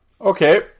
Okay